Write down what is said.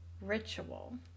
Ritual